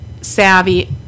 savvy